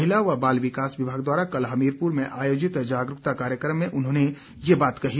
महिला व बाल विकास विभाग द्वारा कल हमीरपुर में आयोजित जागरूकता कार्यशाला में उन्होंने यह बात कही